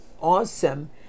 awesome